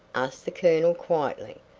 asked the colonel quietly.